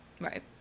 right